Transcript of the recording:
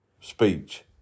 speech